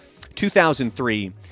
2003